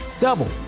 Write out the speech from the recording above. double